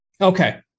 Okay